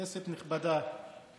כנסת נכבדה,